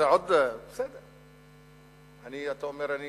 אתה אומר שאני